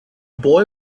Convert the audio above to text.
boy